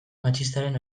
matxistaren